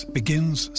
begins